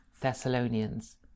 Thessalonians